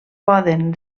poden